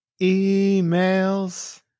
emails